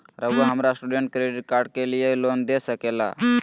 रहुआ हमरा student credit card के लिए लोन दे सके ला?